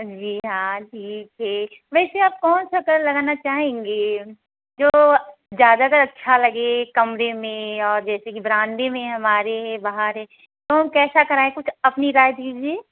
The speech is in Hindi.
जी हां ठीक है वैसे आप कौन सा कलर लगाना चाहेंगे जो ज्यादातर अच्छा लगे कैमरे में और जैसे कि बरामदे में हमारे है बाहर है तो हम कैसा कराएं कुछ अपनी राय दीजिए